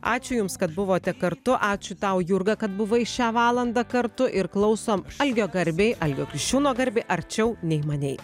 ačiū jums kad buvote kartu ačiū tau jurga kad buvai šią valandą kartu ir klausom algio garbei algio kriščiūno garbei arčiau nei manei